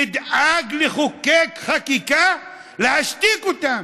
נדאג לחוקק חקיקה להשתיק אותן.